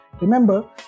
Remember